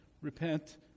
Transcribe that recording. Repent